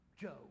Joe